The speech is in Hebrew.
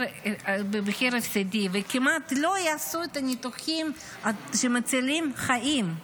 הפסדי וכמעט לא יעשו את הניתוחים שמצילים חיים.